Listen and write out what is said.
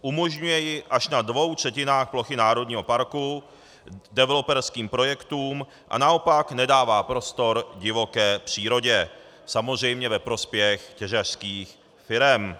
Umožňuje ji až na dvou třetinách plochy národního parku developerským projektům a naopak nedává prostor divoké přírodě, samozřejmě ve prospěch těžařských firem.